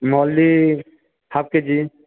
Malli half K G